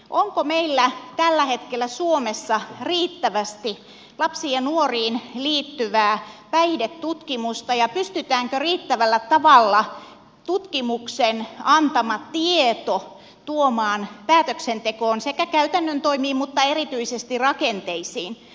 onko meillä tällä hetkellä suomessa riittävästi lapsiin ja nuoriin liittyvää päihdetutkimusta ja pystytäänkö riittävällä tavalla tutkimuksen antama tieto tuomaan päätöksentekoon sekä käytännön toimiin mutta erityisesti rakenteisiin